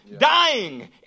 Dying